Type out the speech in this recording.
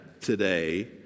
today